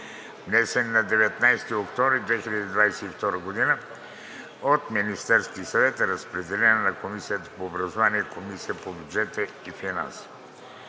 внесени на 19 октомври 2022 г. от Министерския съвет, разпределени на Комисията по образование и Комисията по бюджет и финанси.